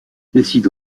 décide